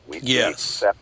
Yes